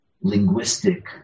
linguistic